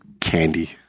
Candy